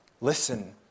listen